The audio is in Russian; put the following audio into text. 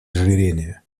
ожирения